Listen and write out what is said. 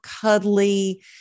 cuddly